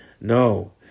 No